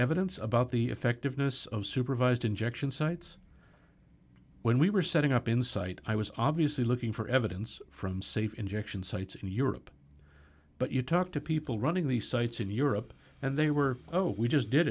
evidence about the effectiveness of supervised injection sites when we were setting up in site i was obviously looking for evidence from safe injection sites in europe but you talk to people running these sites in europe and they were oh we just did